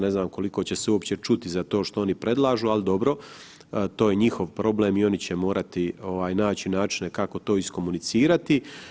Ne znam koliko će se to uopće čuti za to što oni predlažu, ali dobro, to je njihov problem i oni će morati naći načine kako to iskomunicirati.